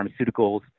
pharmaceuticals